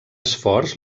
esforç